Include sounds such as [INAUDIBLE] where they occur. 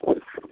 [UNINTELLIGIBLE]